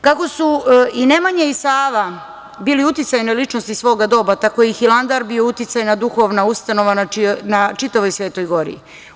Kako su i Nemanja i Sava bili uticajne ličnosti svoga doba tako i Hilandar bio uticajna duhovna ustanova na čitavoj Svetoj gori.